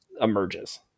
emerges